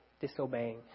disobeying